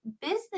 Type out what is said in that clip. business